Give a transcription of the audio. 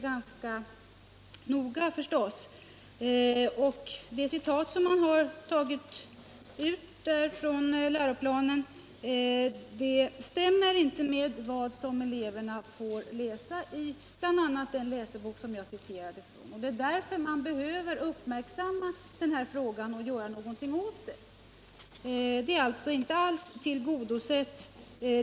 Jag har förstås läst det avsnittet och det citat ur läroplanen som där görs stämmer inte med vad eleverna får läsa, bl.a. i den läsebok jag citerade ur. Därför behöver man uppmärksamma denna fråga och göra någonting åt den. Det krav vi rest är således inte alls tillgodosett.